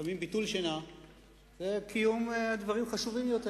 לפעמים ביטול שינה זה קיום דברים חשובים יותר.